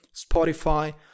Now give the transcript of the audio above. Spotify